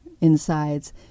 insides